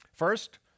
First